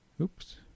Oops